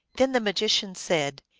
then the magician said,